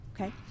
okay